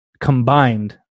combined